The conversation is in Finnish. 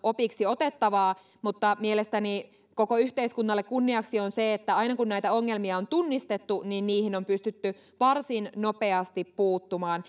opiksi otettavaa mutta mielestäni koko yhteiskunnalle kunniaksi on se että aina kun näitä ongelmia on tunnistettu niihin niihin on pystytty varsin nopeasti puuttumaan